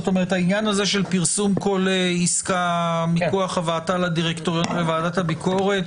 העניין של פרסום כל עסקה מכוח הבאתה לוועדת הביקורת,